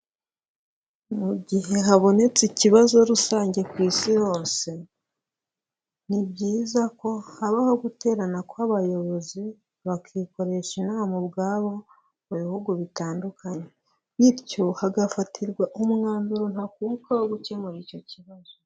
Mu gihe habonetse ikibazo rusange ku isi hose, ni byiza ko habaho guterana kw'abayobozi, bakikoresha inama ubwabo mu bihugu bitandukanye, bityo hagafatirwa umwanzuro ntakuka wo gukemura icyo kibazo.